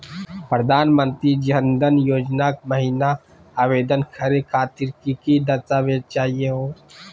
प्रधानमंत्री जन धन योजना महिना आवेदन करे खातीर कि कि दस्तावेज चाहीयो हो?